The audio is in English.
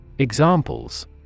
Examples